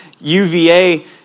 UVA